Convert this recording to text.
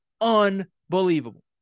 unbelievable